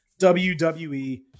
WWE